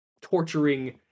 torturing